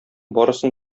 барысын